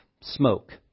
smoke